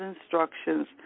instructions